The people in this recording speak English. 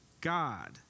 God